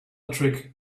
trick